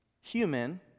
human